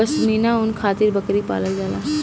पश्मीना ऊन खातिर बकरी पालल जाला